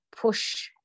push